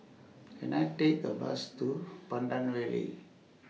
Can I Take A Bus to Pandan Valley